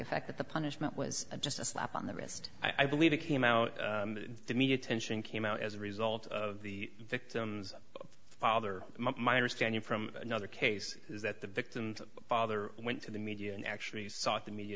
effect that the punishment was a just a slap on the wrist i believe it came out the media attention came out as a result of the victim's father my understanding from another case is that the victim's father went to the media and actually sought the media